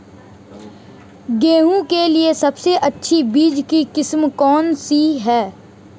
गेहूँ के लिए सबसे अच्छी बीज की किस्म कौनसी है?